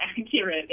accurate